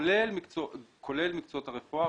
כולל מקצועות הרפואה,